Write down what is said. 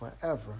forever